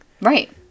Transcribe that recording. Right